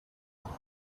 story